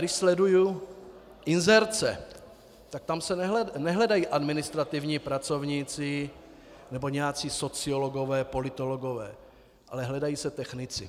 Když sleduji inzerce, tak se nehledají administrativní pracovníci nebo nějací sociologové, politologové, ale hledají se technici.